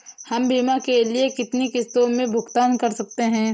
हम बीमा के लिए कितनी किश्तों में भुगतान कर सकते हैं?